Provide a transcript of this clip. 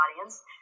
audience